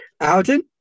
Alden